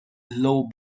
low